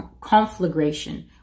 conflagration